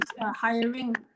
hiring